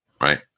right